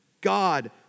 God